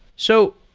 so,